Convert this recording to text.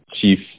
chief